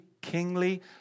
kingly